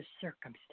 circumstance